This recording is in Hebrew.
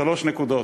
שלוש נקודות.